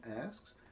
asks